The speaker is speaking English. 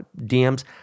DMs